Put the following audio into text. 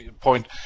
point